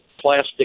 plastic